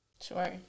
Sure